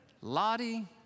Lottie